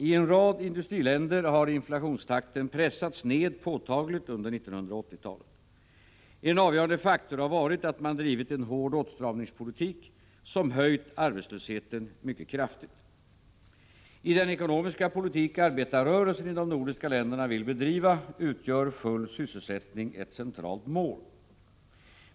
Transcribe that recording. I en rad industriländer har inflationstakten pressats ned påtagligt under 1980-talet. En avgörande faktor har varit att man drivit en hård åtstramningspolitik som höjt arbetslösheten mycket kraftigt. I den ekonomiska politik arbetarrörelsen i de nordiska länderna vill bedriva utgör full sysselsättning ett centralt mål.